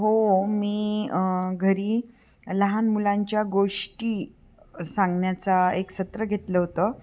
हो मी घरी लहान मुलांच्या गोष्टी सांगण्याचा एक सत्र घेतलं होतं